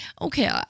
Okay